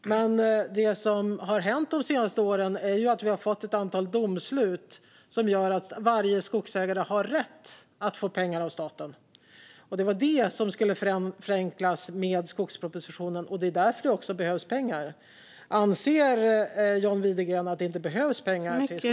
Men det som har hänt de senaste åren är att vi har fått ett antal domslut som gör att varje skogsägare har rätt att få pengar av staten. Det var det som skulle förenklas med skogspropositionen, och det är därför det behövs pengar. Anser John Widegren att det inte behövs pengar till skogen?